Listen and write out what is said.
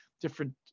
different